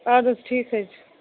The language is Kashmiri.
اَدٕ حظ ٹھیٖک حظ چھِ